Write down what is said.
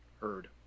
heard